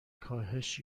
کاهش